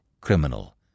criminal